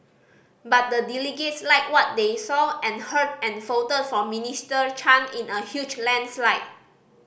but the delegates liked what they saw and heard and fought for Minister Chan in a huge landslide